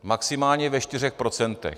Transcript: Maximálně ve čtyřech procentech.